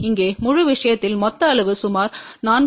இங்கே முழு விஷயத்தின் மொத்த அளவு சுமார் 4